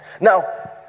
Now